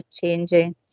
changing